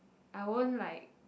I won't like